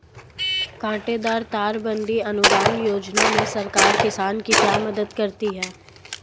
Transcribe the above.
कांटेदार तार बंदी अनुदान योजना में सरकार किसान की क्या मदद करती है?